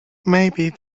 maybe